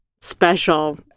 special